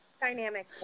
dynamic